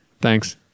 Thanks